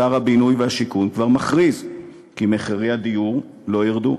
שר הבינוי והשיכון כבר מכריז כי מחירי הדיור לא ירדו.